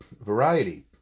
variety